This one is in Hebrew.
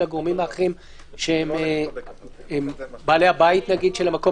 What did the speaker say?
הגורמים האחרים שהם בעלי הבית של המקום?